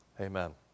Amen